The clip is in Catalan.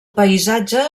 paisatge